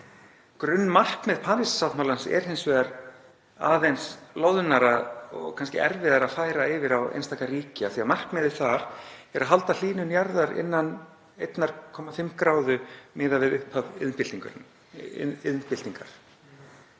Grunnmarkmið Parísarsáttmálans er hins vegar aðeins loðnara og kannski erfiðara að færa yfir á einstaka ríki því að markmiðið þar er að halda hlýnun jarðar innan 1,5° miðað við upphaf iðnbyltingar.